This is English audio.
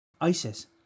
Isis